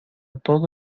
todo